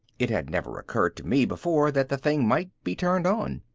it had never occurred to me before that the thing might be turned on.